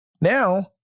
Now